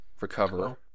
recover